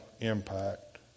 impact